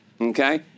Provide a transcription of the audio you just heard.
Okay